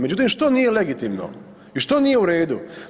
Međutim, što nije legitimno i što nije u redu?